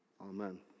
Amen